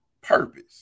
purpose